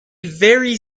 very